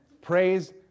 Praise